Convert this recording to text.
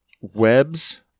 Webs